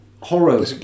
horror